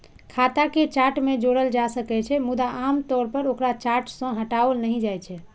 खाता कें चार्ट मे जोड़ल जा सकै छै, मुदा आम तौर पर ओकरा चार्ट सं हटाओल नहि जाइ छै